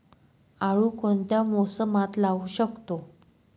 आळू कोणत्या मोसमात लावू शकतो?